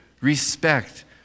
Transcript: respect